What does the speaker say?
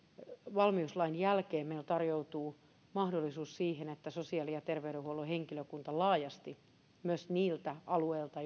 valmiuslain jälkeen meillä tarjoutuu mahdollisuus siihen että sosiaali ja terveydenhuollon henkilökunta myös niiltä alueilta